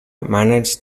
managed